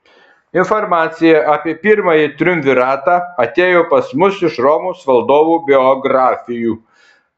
informacija apie pirmąjį triumviratą atėjo pas mus iš romos valdovų biografijų